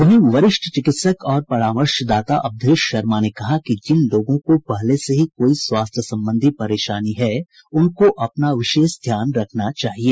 वहीं वरिष्ठ चिकित्सक और परामर्शदाता अवधेश शर्मा ने कहा कि जिन लोगों को पहले से ही कोई स्वास्थ्य संबंधी परेशानी है उनको अपना विशेष ध्यान रखना चाहिए